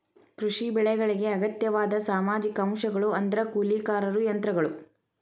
ಕೃಷಿ ಬೆಳೆಗಳಿಗೆ ಅಗತ್ಯವಾದ ಸಾಮಾಜಿಕ ಅಂಶಗಳು ಅಂದ್ರ ಕೂಲಿಕಾರರು ಯಂತ್ರಗಳು